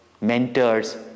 mentors